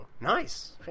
nice